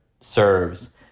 serves